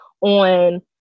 on